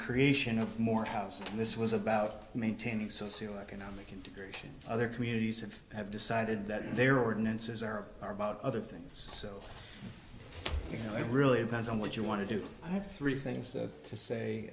creation of morehouse this was about maintaining socio economic integration other communities and have decided that their ordinances are all about other things so you know it really depends on what you want to do i have three things to say